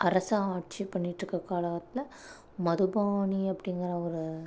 அரசாட்சி பண்ணிகிட்டிருக்க காலத்தில் மதுபானி அப்படிங்கிற ஒரு